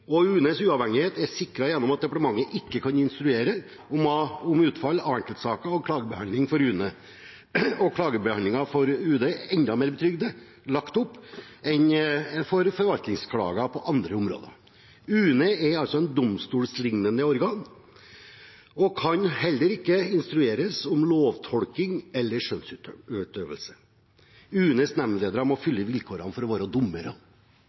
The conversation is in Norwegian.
og UNEs uavhengighet er sikret gjennom at departementet ikke kan instruere om utfallet av enkeltsaker, og klagebehandlingen for UNE er enda mer betryggende lagt opp enn for forvaltningsklage på andre områder. UNE er altså et domstollignende organ og kan heller ikke instrueres om lovtolking eller skjønnsutøvelse. UNEs nemndledere må fylle vilkårene for å være